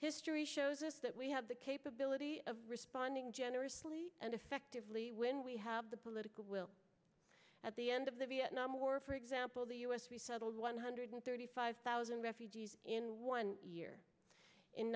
history shows us that we have the capability of responding generously and effectively when we have the political will at the end of the vietnam war for example the us resettled one hundred thirty five thousand refugees in one year in